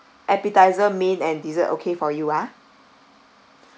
appetiser main and dessert okay for you ah